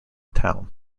town